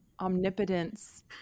omnipotence